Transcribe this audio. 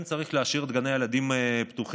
לכן צריך להשאיר את גני הילדים פתוחים,